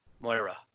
Moira